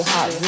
Hot